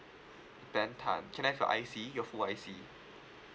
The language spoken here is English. ben tan can I have your I_C your full I_C